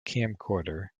camcorder